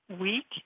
week